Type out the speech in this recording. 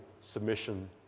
submission